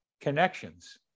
connections